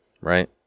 right